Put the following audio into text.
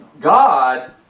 God